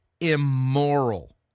immoral